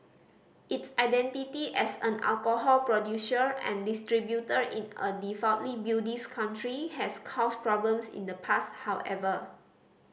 its identity as an alcohol producer and distributor in a devoutly Buddhist country has caused problems in the past however